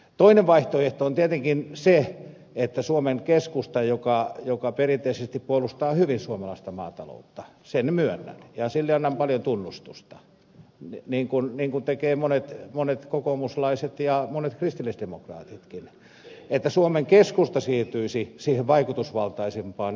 toinen vaihtoehto on tietenkin se että suomen keskusta joka perinteisesti puolustaa hyvin suomalaista maataloutta sen myönnän ja sille annan paljon tunnustusta niin kuin tekevät monet kokoomuslaiset ja monet kristillisdemokraatitkin että suomen keskusta siirtyisi siihen vaikutusvaltaisimpaan epp ryhmään